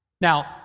Now